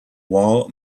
wall